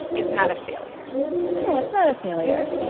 it's not a failure yeah. it's not a failure.